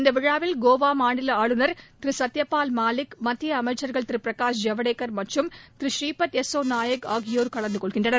இந்த விழாவில் கோவா மாநில ஆளுநர் திரு சத்யபால் மாலிக் மத்திய அமைச்சர்கள் திரு பிரகாஷ் ஜவடேகர் மற்றும் திரு புரீபத் நாயக் ஆகியோர் கலந்து கொள்கின்றனர்